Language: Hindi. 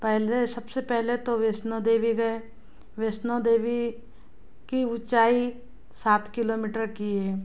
पहले सब से पहले तो वैष्णो देवी गए वैष्णो देवी की ऊचाई सात किलोमीटर की है